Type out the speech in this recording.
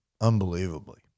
unbelievably